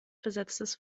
besetztes